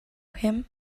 him